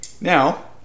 now